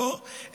אפוא,